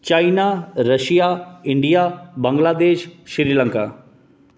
China Russia India Bangladesh Sri Lanka